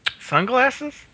Sunglasses